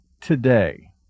today